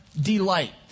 delight